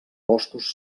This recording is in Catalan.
boscos